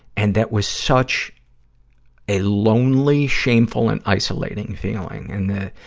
and that was such a lonely, shameful, and isolating feeling. and that,